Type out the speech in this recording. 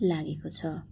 लागेको छ